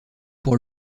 pour